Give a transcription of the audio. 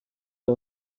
der